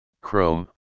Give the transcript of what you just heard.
Chrome